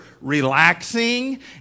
relaxing